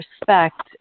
respect